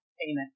payment